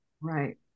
Right